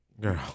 Girl